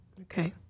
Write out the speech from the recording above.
Okay